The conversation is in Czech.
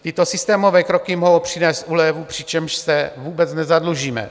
Tyto systémové kroky mohou přinést úlevu, přičemž se vůbec nezadlužíme.